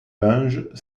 linge